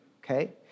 okay